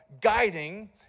guiding